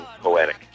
poetic